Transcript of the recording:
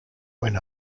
when